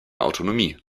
autonomie